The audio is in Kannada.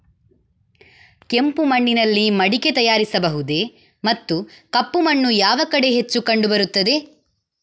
ಕೆಂಪು ಮಣ್ಣಿನಲ್ಲಿ ಮಡಿಕೆ ತಯಾರಿಸಬಹುದೇ ಮತ್ತು ಕಪ್ಪು ಮಣ್ಣು ಯಾವ ಕಡೆ ಹೆಚ್ಚು ಕಂಡುಬರುತ್ತದೆ?